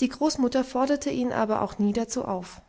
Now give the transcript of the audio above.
die großmutter forderte ihn aber auch nie dazu auf